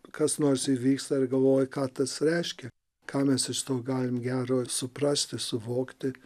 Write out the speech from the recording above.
kas nors įvyksta ir galvoji ką tas reiškia ką mes iš to galim gero suprasti suvokti